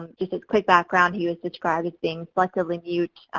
this is quick background, he was described as being selectively mute,